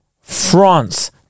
France